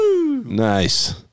Nice